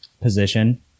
position